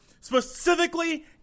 specifically